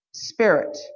Spirit